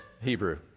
Hebrew